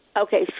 Okay